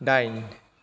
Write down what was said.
दाइन